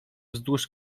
wzdłuż